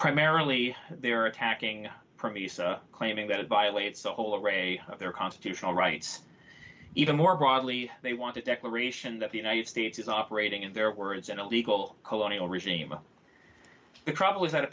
primarily they are attacking from isa claiming that it violates the whole array of their constitutional rights even more broadly they want a declaration that the united states is operating in their words in a legal colonial regime the problem is that a